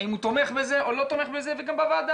האם הוא תומך בזה או לא תומך בזה וגם בוועדה